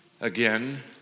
again